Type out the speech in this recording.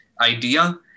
idea